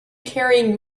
carrying